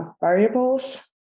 variables